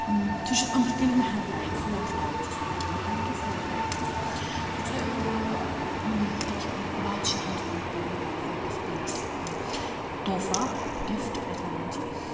سُہ چھُ أنٛدرٕ کِنۍ محل ٹایپ فوٹ ٹایپ چھُ سُہ أنٛدرٕ کِنۍ محل کیٚنہہ فوٹ ٹایپ چھُ سُہ سُہ چھُ أکہِ بادشاہَن دیُتمُت پَنٕنہِ طرفہٕ أکِس پیٖرَس توفا گِفٹ یَتھ وَنان چھِ